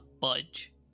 budge